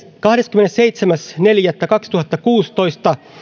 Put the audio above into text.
kahdeskymmenesseitsemäs neljättä kaksituhattakuusitoista